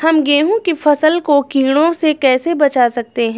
हम गेहूँ की फसल को कीड़ों से कैसे बचा सकते हैं?